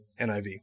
NIV